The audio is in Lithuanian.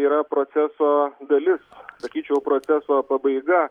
yra proceso dalis sakyčiau proceso pabaiga